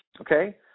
Okay